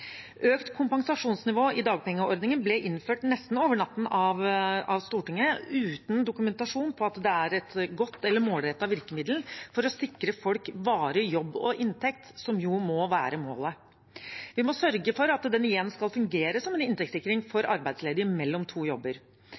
Økt kompensasjonsnivå i dagpengeordningen ble innført nesten over natten av Stortinget, uten dokumentasjon på at det er et godt eller målrettet virkemiddel for å sikre folk varig jobb og inntekt, som jo må være målet. Vi må sørge for at den igjen kan fungere som en inntektssikring for arbeidsledige mellom to jobber,